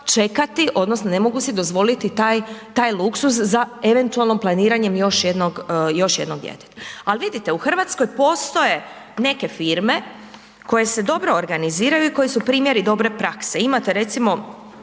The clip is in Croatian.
čekati odnosno ne mogu si dozvoliti taj, taj luksuz za eventualnim planiranjem još jednog, još jednog djeteta. Ali vidite, u Hrvatskoj postoje neke firme koje se dobro organiziraju i koje su primjeri dobre prakse, imate recimo